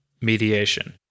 mediation